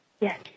Yes